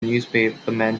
newspaperman